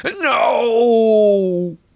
no